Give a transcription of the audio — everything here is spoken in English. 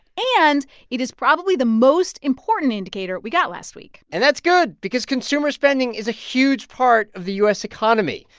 and it is probably the most important indicator we got last week and that's good because consumer spending is a huge part of the u s. economy.